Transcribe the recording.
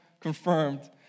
confirmed